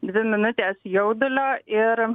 dvi minutės jaudulio ir